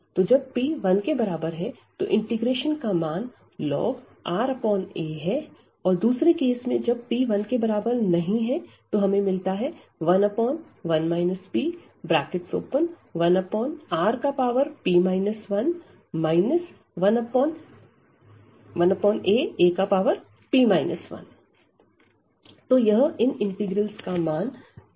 जब p1 तो integration का मान ln Ra है और दूसरे केस में जब p 1 हमें मिलता है 11 p1Rp 1 1ap 1 तो यह इन इंटीग्रेल्स का मान a से R तक है